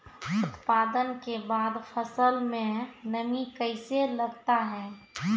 उत्पादन के बाद फसल मे नमी कैसे लगता हैं?